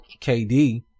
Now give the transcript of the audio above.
KD